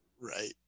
Right